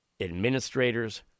administrators